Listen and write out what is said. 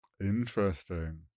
Interesting